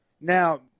Now